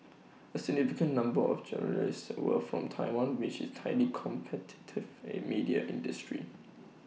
A significant number of journalists were from Taiwan which is tightly competitive media industry